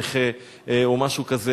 נכה או משהו כזה,